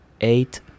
eight